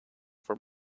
for